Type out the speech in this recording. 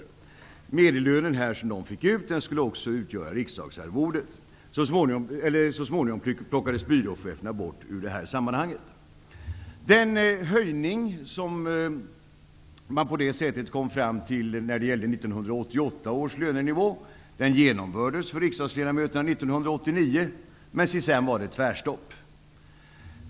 Den medellön man fick fram skulle utgöra riksdagmännens arvode. Så småningom plockades byråcheferna bort. Den höjning som man på det sättet kom fram till när det gällde 1988 1989. Sedan var det tvärstopp.